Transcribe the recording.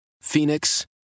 Phoenix